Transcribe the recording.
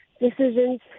decisions